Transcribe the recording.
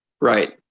right